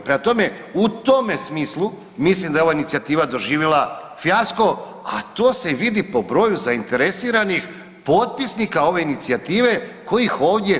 Prema tome, u tome smislu mislim da je ova inicijativa doživjela fijasko a to se vidi po broju zainteresiranih potpisnika ove inicijative kojih ovdje nema.